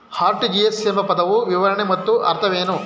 RTGS ಎಂಬ ಪದದ ವಿವರಣೆ ಮತ್ತು ಅರ್ಥವೇನು?